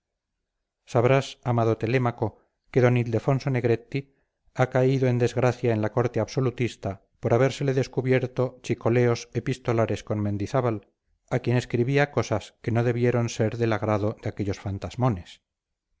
sabrás amado telémaco que d ildefonso negretti ha caído en desgracia en la corte absolutista por habérsele descubierto chicoleos epistolares con mendizábal a quien escribía cosas que no debieron ser del agrado de aquellos fantasmones